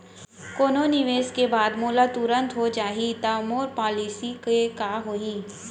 कोनो निवेश के बाद मोला तुरंत हो जाही ता मोर पॉलिसी के का होही?